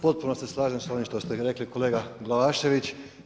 Potpuno se slažem s ovim što ste rekli kolega Glavašević.